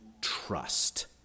trust